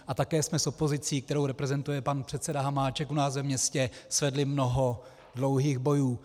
A také jsme s opozicí, kterou reprezentuje pan předseda Hamáček u nás ve městě, svedli mnoho dlouhých bojů.